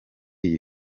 iyi